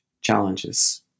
challenges